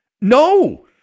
No